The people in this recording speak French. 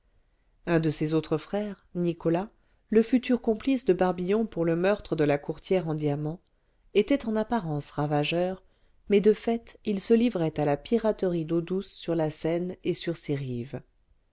un de ses autres frères nicolas le futur complice de barbillon pour le meurtre de la courtière en diamants était en apparence ravageur mais de fait il se livrait à la piraterie d'eau douce sur la seine et sur ses rives